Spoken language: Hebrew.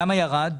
למה ירד?